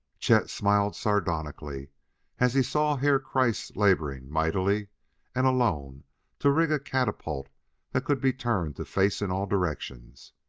chet smiled sardonically as he saw herr kreiss laboring mightily and alone to rig a catapult that could be turned to face in all directions.